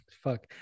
fuck